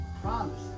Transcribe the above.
promise